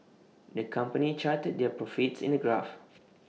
the company charted their profits in A graph